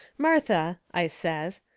martha, i says,